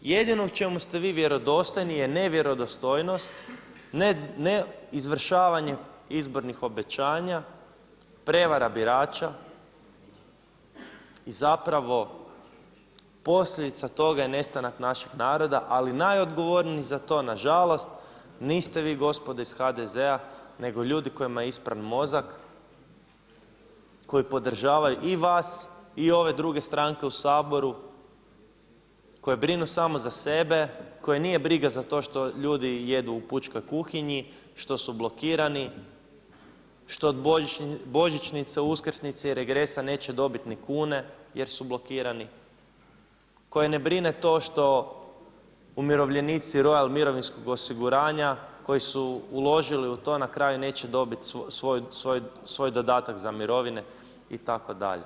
Jedino u čemu ste vi dostojni je nevjerodostojnost, ne izvršavanje izbornih obećanja, prevara birača i zapravo posljedica toga je nestanak našeg naroda, ali najodgovorniji za to nažalost niste vi gospodo iz HDZ-a nego ljudi kojima je ispran mozak, koji podržavaju i vas i ove druge stranke u Saboru, koje brinu samo za sebe, koje nije briga za to što ljudi jedu u pučkoj kuhinji, što su blokirani, što od božićnice, uskrsnice i regresa neće dobiti ni kune jer su blokirani, koje ne brine to što umirovljenici Royal mirovinskog osiguranja koji su uložili u to na kraju neće dobiti svoj dodatak za mirovine itd.